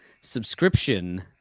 subscription